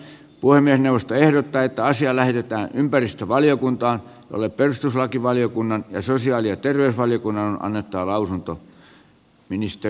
puhemiesneuvosto ehdottaa että asia lähetetään ympäristövaliokuntaan jolle perustuslakivaliokunnan ja sosiaali ja terveysvaliokunnan on annettava lausunto